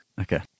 Okay